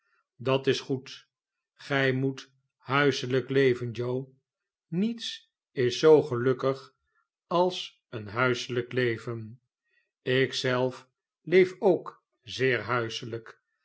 dat is goed gij moet huiselijk leven joe niets is zoo gelukkig als een huiselijk leven ik zelf leef ook zeer huiselijk